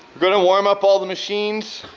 gonna warm up all the machines,